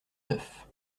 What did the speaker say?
neuf